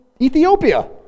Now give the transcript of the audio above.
Ethiopia